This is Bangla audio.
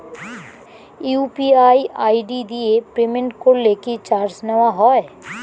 ইউ.পি.আই আই.ডি দিয়ে পেমেন্ট করলে কি চার্জ নেয়া হয়?